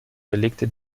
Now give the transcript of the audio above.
belegte